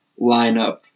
lineup